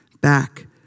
back